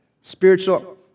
spiritual